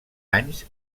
anys